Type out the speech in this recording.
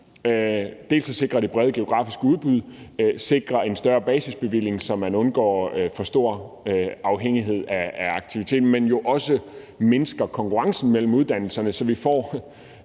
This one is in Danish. at sikre det brede geografiske udbud, sikre en større basisbevilling, så man undgår for stor afhængighed af aktivitet, men jo også mindsker konkurrencen mellem uddannelserne, så vi får